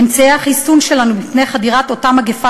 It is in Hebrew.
אמצעי החיסון שלנו מפני חדירת אותה מגפה